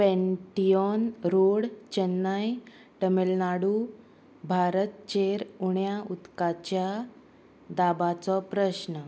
Pantheon road Chennai Tamil Nadu भारतचेर उण्या उदकाच्या दाबाचो प्रश्न